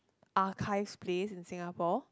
archives place in Singapore